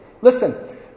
Listen